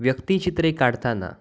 व्यक्तिचित्रे काढताना